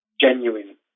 genuine